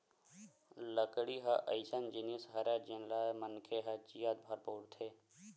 लकड़ी ह अइसन जिनिस हरय जेन ल मनखे ह जियत भर बउरथे